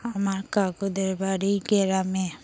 আমার কাকুদের বাড়ি গ্রামে